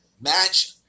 Match